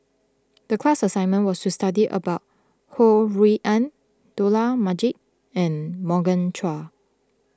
the class assignment was to study about Ho Rui An Dollah Majid and Morgan Chua